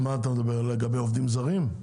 אתה מדבר לגבי עובדים זרים?